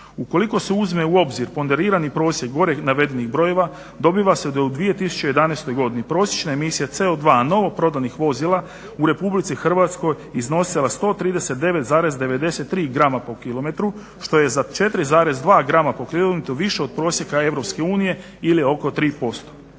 Ukoliko se uzme u obzir ponderirani prosjek gore navedenih brojeva dobiva se da je u 2011. godini prosječna emisija CO2 novoprodanih vozila u Republici Hrvatskoj iznosila 139,93 g/km što je za 4,2 g/km više od prosjeka Europske